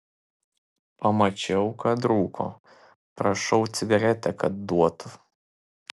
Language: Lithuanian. pamačiau kad rūko prašau cigaretę kad duotų